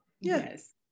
yes